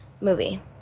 movie